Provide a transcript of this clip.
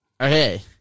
Okay